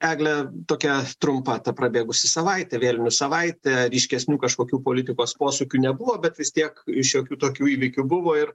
egle tokia trumpa ta prabėgusi savaitė vėlinių savaitė ryškesnių kažkokių politikos posūkių nebuvo bet vis tiek šiokių tokių įvykių buvo ir